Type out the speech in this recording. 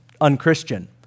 unchristian